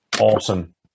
Awesome